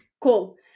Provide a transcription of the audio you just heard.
cool